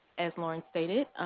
as lauren stated,